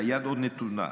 והיד עוד נטויה.